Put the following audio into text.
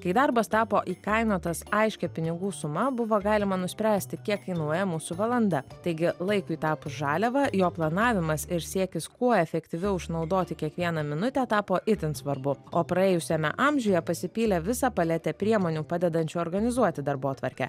kai darbas tapo įkainotas aiškia pinigų suma buvo galima nuspręsti kiek kainuoja mūsų valanda taigi laikui tapus žaliava jo planavimas ir siekis kuo efektyviau išnaudoti kiekvieną minutę tapo itin svarbu o praėjusiame amžiuje pasipylė visa paletė priemonių padedančių organizuoti darbotvarkę